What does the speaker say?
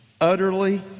utterly